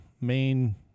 main